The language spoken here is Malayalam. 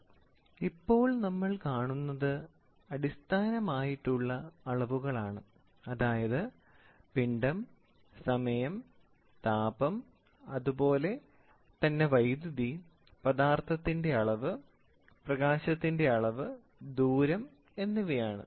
ദൂരം മീറ്റർ ഇപ്പോൾ നമ്മൾ കാണുന്നത് അടിസ്ഥാനമായിട്ടുള്ള അളവുകളാണ് അതായത് പിണ്ഡം സമയം താപം അതുപോലെ തന്നെ വൈദ്യുതി പദാർത്ഥത്തിന്റെ അളവ് പ്രകാശത്തിന്റെ അളവ് ദൂരം എന്നിവയാണ്